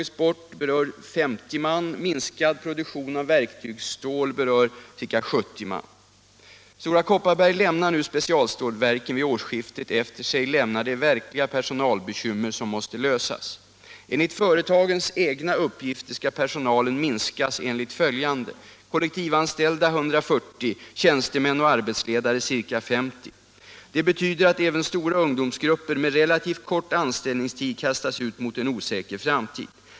STORA Kopparberg lämnar nu specialstålverken vid årsskiftet, efter sig lämnar de verkliga personalbekymmer som måste lösas. Enligt företagets egna uppgifter skall personalen minskas enligt följande: Kollektivanställda 140. Det betyder att även stora ungdomsgrupper med relativt kort anställningstid kastas ut mot en osäker framtid.